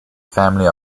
family